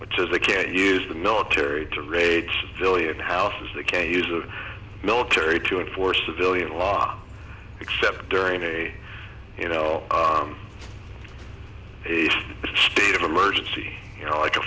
which is they can't use the military to raids jillion houses they can't use a military to enforce civilian law except during a you know state of emergency you know like a